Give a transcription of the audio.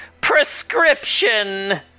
Prescription